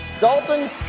Dalton